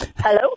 Hello